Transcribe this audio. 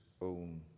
own